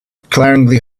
glaringly